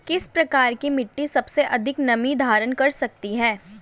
किस प्रकार की मिट्टी सबसे अधिक नमी धारण कर सकती है?